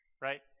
right